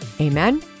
Amen